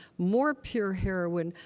more pure heroin,